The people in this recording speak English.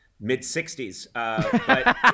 mid-60s